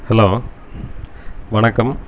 hello வணக்கம்